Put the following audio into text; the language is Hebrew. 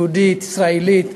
יהודית, ישראלית,